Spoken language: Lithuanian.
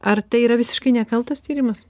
ar tai yra visiškai nekaltas tyrimas